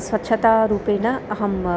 स्वच्छतारूपेण अहम्